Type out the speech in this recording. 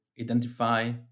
identify